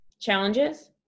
challenges